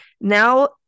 now